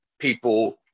people